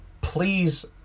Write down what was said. please